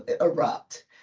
erupt